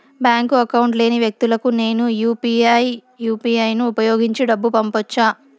Bank account లేని వ్యక్తులకు నేను యు పి ఐ యు.పి.ఐ ను ఉపయోగించి డబ్బు పంపొచ్చా?